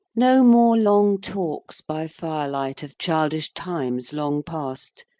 no more long talks by firelight of childish times long past,